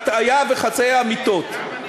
הטעיה וחצאי אמיתות.